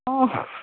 অঁ